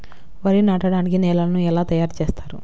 వరి నాటడానికి నేలను ఎలా తయారు చేస్తారు?